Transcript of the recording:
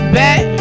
back